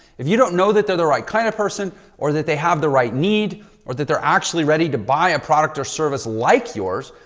if you don't know that they're the right kind of person or that they have the right need or that they're actually ready to buy a product or service like yours,